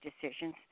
decisions